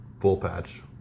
full-patch